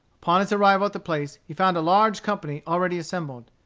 upon his arrival at the place he found a large company already assembled.